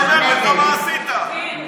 אחת מהנורבגיות, אתה מפריע למהלך ההצבעה.